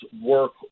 work